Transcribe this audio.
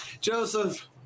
Joseph